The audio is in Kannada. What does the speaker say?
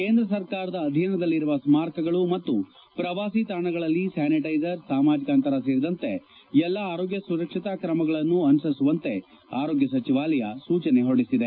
ಕೇಂದ್ರ ಸರ್ಕಾರದ ಅಧೀನದಲ್ಲಿರುವ ಸ್ಮಾರಕಗಳು ಮತ್ತು ಪ್ರವಾಸಿ ತಾಣಗಳಲ್ಲಿ ಸ್ಥಾನಿಟೈಸರ್ ಸಾಮಾಜಿಕ ಅಂತರ ಸೇರಿದಂತೆ ಎಲ್ಲಾ ಆರೋಗ್ಯ ಸುರಕ್ಷತಾ ಕ್ರಮಗಳನ್ನು ಅನುಸರಿಸುವಂತೆ ಆರೋಗ್ಯ ಸಚಿವಾಲಯ ಸೂಚನೆ ಹೊರಡಿಸಿದೆ